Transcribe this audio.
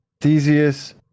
Theseus